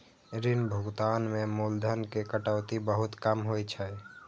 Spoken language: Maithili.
ऋण भुगतान मे मूलधन के कटौती बहुत कम होइ छै